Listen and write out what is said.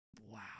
Wow